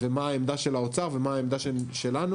ומה העמדה של האוצר, ומה העמדה שלנו,